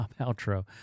outro